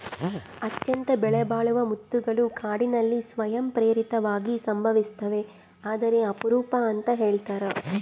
ಅತ್ಯಂತ ಬೆಲೆಬಾಳುವ ಮುತ್ತುಗಳು ಕಾಡಿನಲ್ಲಿ ಸ್ವಯಂ ಪ್ರೇರಿತವಾಗಿ ಸಂಭವಿಸ್ತವೆ ಆದರೆ ಅಪರೂಪ ಅಂತ ಹೇಳ್ತರ